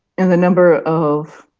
and the number of